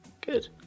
Good